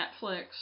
Netflix